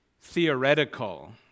theoretical